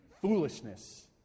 foolishness